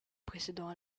précèdent